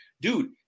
dude